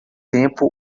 tempo